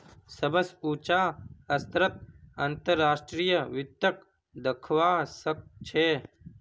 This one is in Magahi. सबस उचा स्तरत अंतर्राष्ट्रीय वित्तक दखवा स ख छ